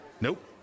nope